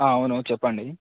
అవును చెప్పండి